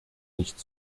nicht